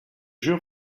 jeu